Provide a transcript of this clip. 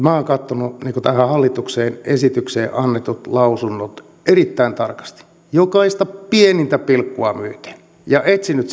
olen katsonut tähän hallituksen esitykseen annetut lausunnot erittäin tarkasti jokaista pienintä pilkkua myöten ja etsinyt